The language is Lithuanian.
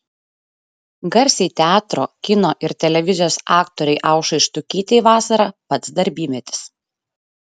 garsiai teatro kino ir televizijos aktorei aušrai štukytei vasara pats darbymetis